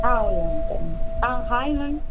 ஆ வெளியே வந்துட்டேன் மேம் ஆ ஹாய் மேம்